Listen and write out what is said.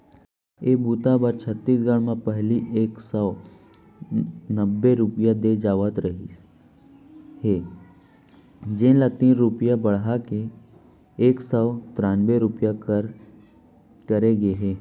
ए बूता बर छत्तीसगढ़ म पहिली एक सव नब्बे रूपिया दे जावत रहिस हे जेन ल तीन रूपिया बड़हा के एक सव त्रान्बे रूपिया करे गे हे